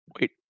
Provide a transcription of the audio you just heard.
Wait